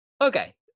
okay